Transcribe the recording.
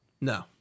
No